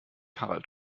harald